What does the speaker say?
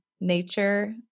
nature